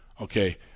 Okay